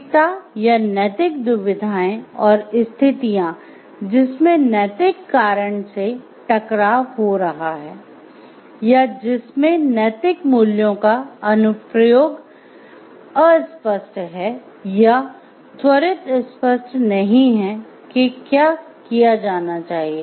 नैतिकता या नैतिक दुविधाएं और स्थितियां जिसमें नैतिक कारण से टकराव हो रहा हैं या जिसमें नैतिक मूल्यों का अनुप्रयोग नहीं है कि क्या किया जाना चाहिए